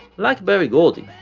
like berry gordy,